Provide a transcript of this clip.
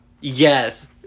Yes